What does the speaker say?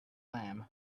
lamb